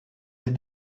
les